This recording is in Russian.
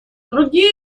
другие